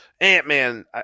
Ant-Man